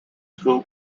school